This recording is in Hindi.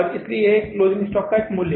इसलिए यह क्लोजिंग स्टॉक का एक मूल्य है